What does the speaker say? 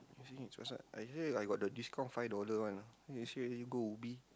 you see his website I here I got the discount five dollar one ah you see whether go Ubi